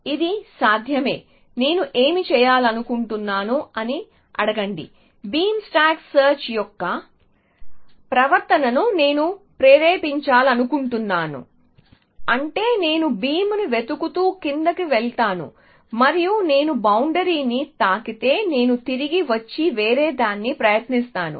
ఇది సాధ్యమే నేను ఏమి చేయాలనుకుంటున్నాను అని అడగండి బీమ్ స్టాక్ సెర్చ్ యొక్క ప్రవర్తనను నేను ప్రేరేపించాలనుకుంటున్నాను అంటే నేను బీమ్ని వెతుకుతూ కిందికి వెళ్తాను మరియు నేను బౌండరీని తాకితే నేను తిరిగి వచ్చి వేరేదాన్ని ప్రయత్నిస్తాను